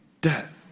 death